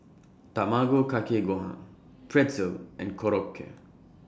Tamago Kake Gohan Pretzel and Korokke